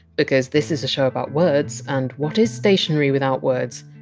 because this is a show about words, and what is stationery without words,